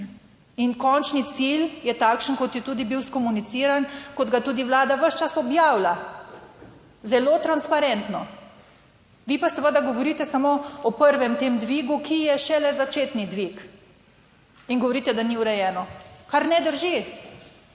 In končni cilj je takšen kot je tudi bil skomuniciran, kot ga tudi Vlada ves čas objavlja zelo transparentno. Vi pa seveda govorite samo o prvem tem dvigu, ki je šele začetni dvig, in govorite, da ni urejeno, kar ne drži.